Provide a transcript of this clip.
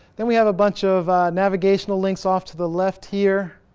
then we have a bunch of of navigational links off to the left here.